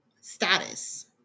status